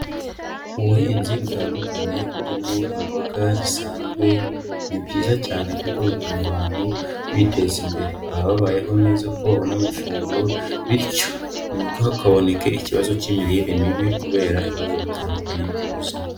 Ubuhinzi butandukanye burimo imboga zisanzwe, ni byiza cyane kuko bituma abantu biteza imbere, baba babayeho neza kuko babona amafunguro bityo ntihakaboneke ikibazo cy'imirire mibi kubera ibibazo bitandukanye by'ubuzima.